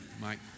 Mike